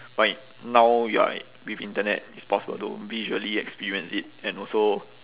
but now you're with internet it's possible to visually experience it and also